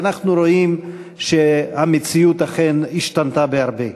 ואנחנו רואים שהמציאות אכן השתנתה בהרבה.